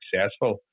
successful